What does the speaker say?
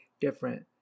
different